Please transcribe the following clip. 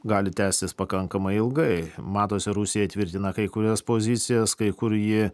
gali tęstis pakankamai ilgai matosi rusija įtvirtina kai kurias pozicijas kai kur ji